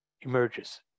emerges